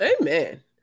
Amen